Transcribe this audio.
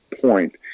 point